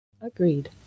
Agreed